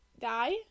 die